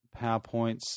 PowerPoints